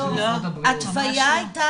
הזה ------- ההתוויה הייתה